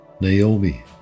Naomi